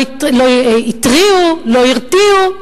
לא התריעו ולא הרתיעו.